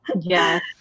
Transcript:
Yes